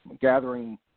gathering